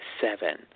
Seven